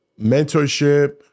mentorship